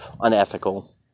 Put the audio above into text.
unethical